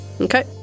okay